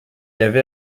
avait